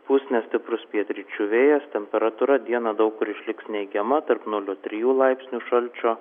pūs nestiprus pietryčių vėjas temperatūra dieną daug kur išliks neigiama tarp nulio trijų laipsnių šalčio